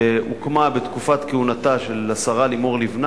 שהוקמה בתקופת כהונתה של השרה לימור לבנת,